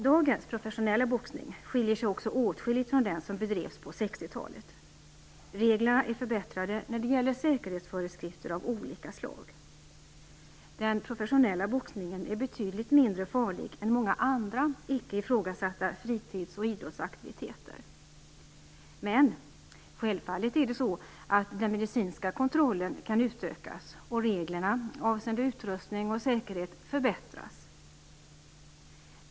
Dagens professionella boxning skiljer sig också åtskilligt från den som bedrevs på 60-talet. Reglerna är förbättrade när det gäller säkerhetsföreskrifter av olika slag. Den professionella boxningen är betydligt mindre farlig än många andra icke ifrågasatta fritidsoch idrottsaktiviteter. Men självfallet kan den medicinska kontrollen utökas och reglerna avseende utrustning och säkerhet förbättras.